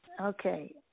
Okay